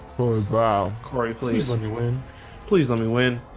fully bow, corey. please. let me win please. let me win